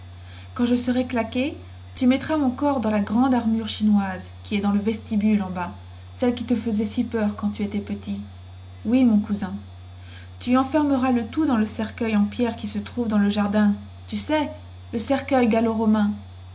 quand je serai claqué tu mettras mon corps dans la grande armure chinoise qui est dans le vestibule en bas celle qui te faisait si peur quand tu étais petit oui mon cousin tu enfermeras le tout dans le cercueil en pierre qui se trouve dans le jardin tu sais le cercueil gallo romain